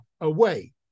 away